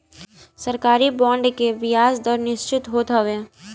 सरकारी बांड के बियाज दर निश्चित होत हवे